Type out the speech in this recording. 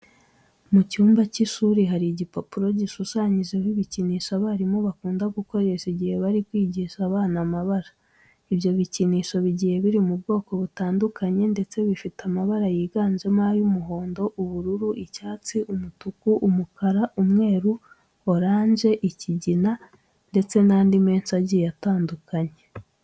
Mu cyumba cy'ishuri hari igipapuro gishushanyijeho ibikinisho abarimu bakunda gukoresha igihe bari kwigisha abana amabara. Ibyo bikinisho bigiye biri mu bwoko butandukanye ndetse bifite amabara yiganjemo ay'umuhondo, ubururu, icyatsi, umutuku, umukara, umweru, oranje, ikigina ndetse n'andi menshi agiye atandukanye.